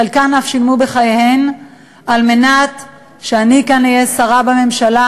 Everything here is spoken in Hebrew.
חלקן אף שילמו בחייהן על מנת שאני כאן אהיה שרה בממשלה